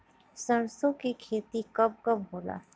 सरसों के खेती कब कब होला?